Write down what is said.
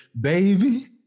baby